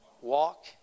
Walk